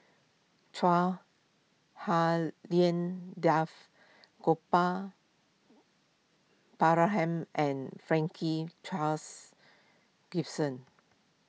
Chua Hak Lien Dave Gopal Baratham and Franklin Charles Gimson